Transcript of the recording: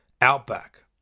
outback